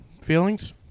Feelings